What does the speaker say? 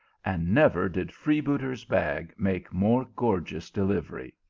and never did freebooter s bag make more gorgeous delivery.